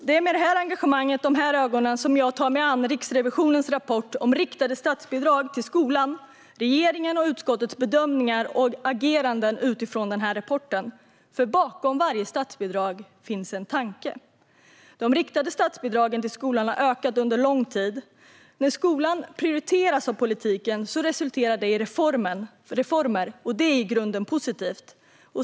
Det är med det engagemanget och de ögonen som jag tar mig an Riksrevisionens rapport om riktade statsbidrag till skolan; regeringens och utskottets bedömningar och ageranden utifrån rapporten. Bakom varje statsbidrag finns en tanke. De riktade statsbidragen till skolan har ökat under lång tid. När skolan prioriteras av politiken resulterar det i reformer. Det är i grunden positivt.